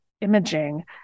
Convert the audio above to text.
imaging